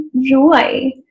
joy